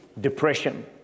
depression